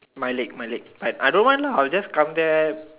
my leg my leg I I don't want I will just come there